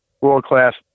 world-class